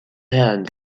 hand